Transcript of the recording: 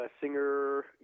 singer